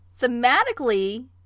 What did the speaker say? thematically